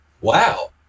Wow